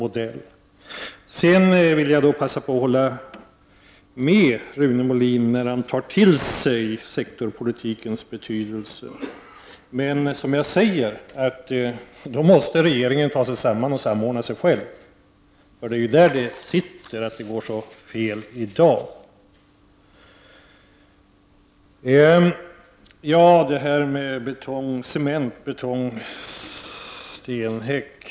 Jag vill också passa på att hålla med Rune Molin när han nu inser sektorspolitikens betydelse. Men då måste regeringen ta sig samman och samordna sig själv, som jag säger. Det är ju där felet sitter, alltså i den bristande samordningen. Ja, det här med cement-, betongoch stenhäck.